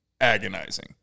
agonizing